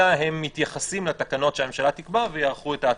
אלא הם מתייחסים לתקנות שהממשלה תקבע ויערכו את ההתאמות.